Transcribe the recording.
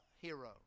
hero